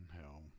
hell